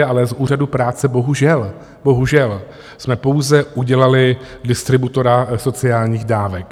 Ale z úřadu práce bohužel, bohužel, jsme pouze udělali distributora sociálních dávek.